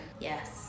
Yes